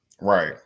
Right